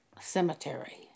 cemetery